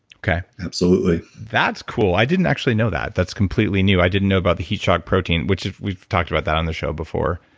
okay. absolutely. that's cool, i didn't actually know that. that's completely new, i didn't know about the heat shock protein, which we've talked about that on the show before,